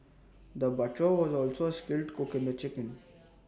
the butcher was also A skilled cook in the chicken